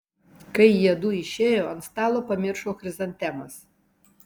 kai jiedu išėjo ant stalo pamiršo chrizantemas